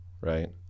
right